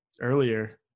earlier